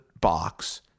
box